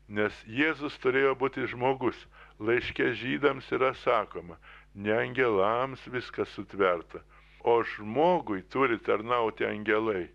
nes jėzus turėjo būti žmogus laiške žydams yra sakoma ne angelams viskas sutverta o žmogui turi tarnauti angelai